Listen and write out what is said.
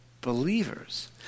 Believers